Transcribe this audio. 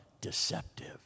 deceptive